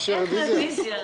רוויזיה.